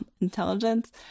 intelligence